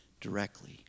directly